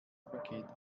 paket